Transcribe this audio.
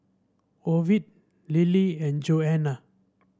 Ovid Lillie and Johannah